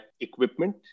equipment